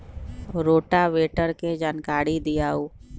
Rotavator के जानकारी दिआउ?